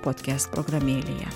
podkest programėlėje